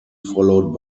followed